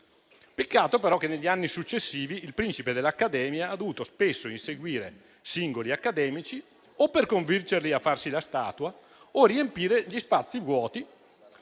Peccato però che negli anni successivi il principe dell'Accademia ha dovuto spesso inseguire i singoli accademici o per convincerli a farsi la statua e a riempire gli spazi vuoti,